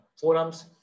forums